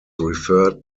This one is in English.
referred